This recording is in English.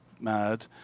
mad